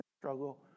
struggle